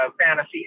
fantasy